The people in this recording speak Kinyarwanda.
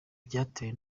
byatewe